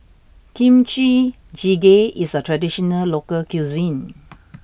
Kimchi Jjigae is a traditional local cuisine